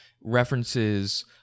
References